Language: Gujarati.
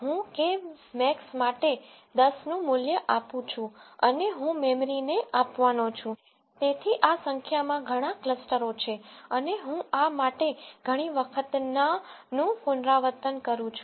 હું કે મેક્સ માટે દસનું મૂલ્ય આપું છું અને હું મેમરીને આપવાનો છું તેથી આ સંખ્યામાં ઘણા ક્લસ્ટરો છે અને હું આ માટે ઘણી વખત ના નું પુનરાવર્તન કરું છું